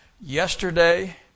yesterday